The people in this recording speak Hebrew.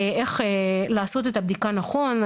איך לעשות את הבדיקה נכון.